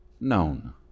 known